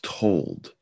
told